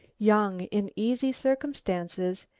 young, in easy circumstances,